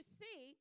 see